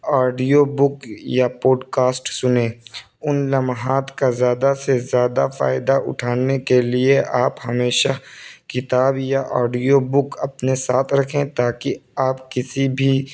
audio book یا podcast سنیں ان لمحات کا زیادہ سے زیادہ فائدہ اٹھانے کے لیے آپ ہمیشہ کتاب یا آڈیو بک اپنے ساتھ رکھیں تاکہ آپ کسی بھی